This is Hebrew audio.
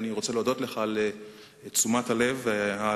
הקדוש הזה.